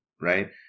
right